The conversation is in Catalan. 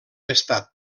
estat